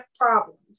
problems